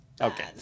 okay